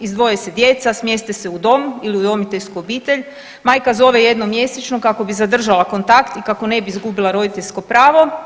Izdvoje se djeca, smjeste se u dom ili u udomiteljsku obitelj, majka zove jednom mjesečno kako bi zadržala kontakt i kako ne bi izgubila roditeljsko pravo.